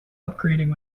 upgrading